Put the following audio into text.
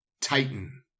Titan